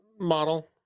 model